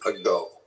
ago